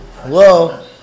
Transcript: Hello